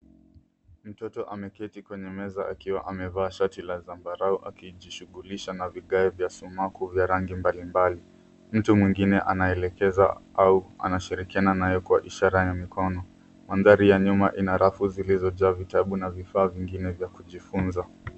Mtoto ameketi kwenye meza akiwa amevaa shati la zambarau akijishughulisha na viage vya sumaku vya rangi mbali mbali. Mtu mwingine anaelekeza au ana shirikiana naye ishara ya mkono. Mandhari ya nyuma ina rafu zilizo jaa vitabu na vifaa vingine vya kujifunza.